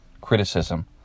criticism